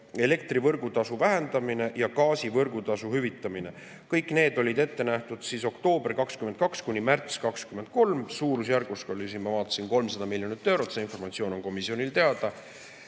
elektri võrgutasu vähendamine ja gaasi võrgutasu hüvitamine. Kõik need olid ette nähtud perioodiks oktoober 2022 kuni märts 2023. Suurusjärk oli siin, ma vaatasin, 300 miljonit eurot, see informatsioon on komisjonil teada.